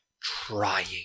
trying